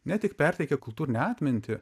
ne tik perteikia kultūrinę atmintį